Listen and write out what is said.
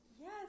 Yes